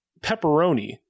pepperoni